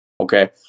Okay